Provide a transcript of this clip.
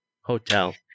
Hotel